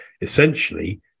essentially